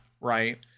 Right